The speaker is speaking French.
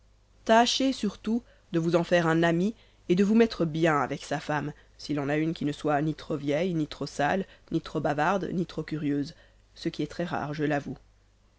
tâchez surtout de vous en faire un ami et de vous mettre bien avec sa femme s'il en a une qui ne soit ni trop vieille ni trop sale ni trop bavarde ni trop curieuse ce qui est très rare je l'avoue